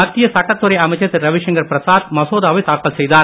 மத்திய சட்டத்துறை அமைச்சர் திரு ரவிசங்கர் பிரசாத் மசோதாவை தாக்கல் செய்தார்